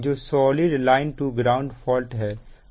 जो solid line to ground fault है